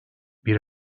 bir